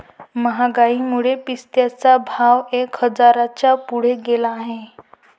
महागाईमुळे पिस्त्याचा भाव एक हजाराच्या पुढे गेला आहे